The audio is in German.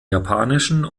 japanischen